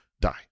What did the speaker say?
die